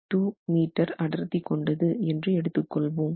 2 metre அடர்த்தி கொண்டது என்று எடுத்து கொள்வோம்